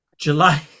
July